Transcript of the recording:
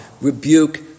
rebuke